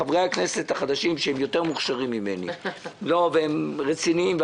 חברי הכנסת החדשים שהם יותר מוכשרים ממני והם רציניים,